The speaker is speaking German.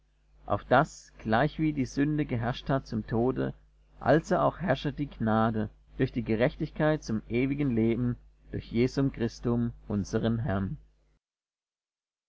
auf daß gleichwie die sünde geherrscht hat zum tode also auch herrsche die gnade durch die gerechtigkeit zum ewigen leben durch jesum christum unsern herrn